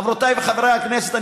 חברותיי וחבריי חברי הכנסת,